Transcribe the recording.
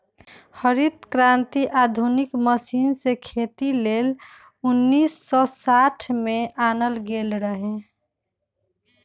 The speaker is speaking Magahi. हरित क्रांति आधुनिक मशीन से खेती लेल उन्नीस सौ साठ में आनल गेल रहै